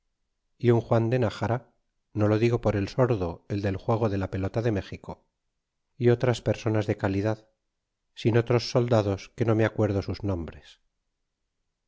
y un juan de nájara no lo digo por el sordo el del juego de la pelota de méxico y todas personas de calidad sin otros soldados que no me acuerdo sus nombres